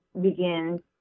begin